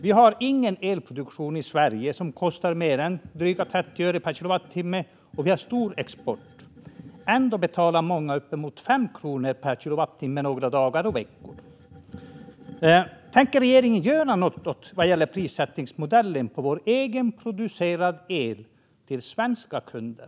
Vi har ingen elproduktion i Sverige som kostar mer än drygt 30 öre per kilowattimme, och vi har stor export. Ändå betalar många uppemot 5 kronor per kilowattimme vissa dagar och veckor. Tänker regeringen göra något åt prissättningsmodellen för vår egenproducerade el som säljs till svenska kunder?